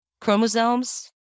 chromosomes